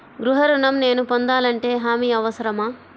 గృహ ఋణం నేను పొందాలంటే హామీ అవసరమా?